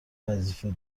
وظیفه